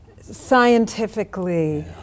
scientifically